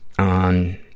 on